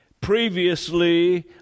Previously